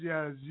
Yes